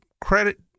credit